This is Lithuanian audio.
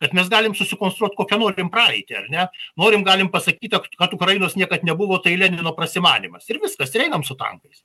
bet mes galim sukonstruot kokią norim praeitį ar ne norim galime pasakyt kad ukrainos niekad nebuvo tai lenino prasimanymas ir viskas ir einam su tankais